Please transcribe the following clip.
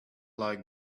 like